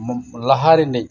ᱞᱟᱦᱟ ᱨᱤᱱᱤᱡ